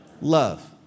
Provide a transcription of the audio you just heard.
Love